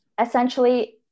essentially